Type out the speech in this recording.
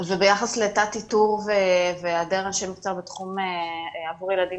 וביחס לתת איתור והיעדר אנשי מקצוע בתחום עבור ילדים